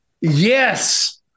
Yes